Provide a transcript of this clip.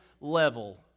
level